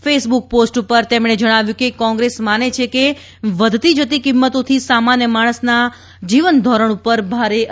Facebook પોસ્ટમાં તેમણે જણાવ્યું કે કોંગ્રેસ માને છે કે વધતી જતી કિંમતોથી સામાન્ય માણસના જીવન ધોરણ ઉપર ભારે અસર થાય છે